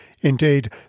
Indeed